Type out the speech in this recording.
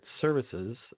services